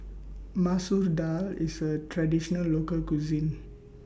Masoor Dal IS A Traditional Local Cuisine